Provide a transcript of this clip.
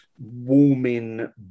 warming